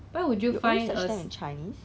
you tell me whether it's still there or not